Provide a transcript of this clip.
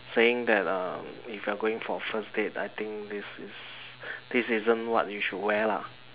saying that um if you're going for a first date I think this is this isn't what you should wear lah